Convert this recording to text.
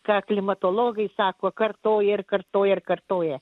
ką klimatologai sako kartoja ir kartoja ir kartoja